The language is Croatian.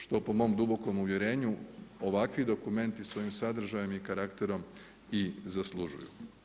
Što po mom dubokom uvjerenju ovakvi dokumenti svojim sadržajem i karakterom i zaslužuju.